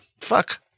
Fuck